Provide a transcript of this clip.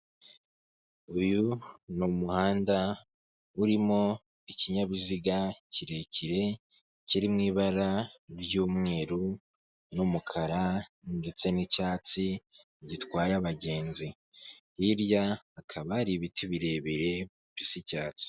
Uyu ni umuhanda urimo ikinyabiziga kirekire, kiri mu ibara ry'umweru n'umukara ndetse n'icyatsi gitwaye abagenzi. Hirya hakaba hari ibiti birebire bisa icyatsi.